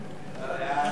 אין נמנעים,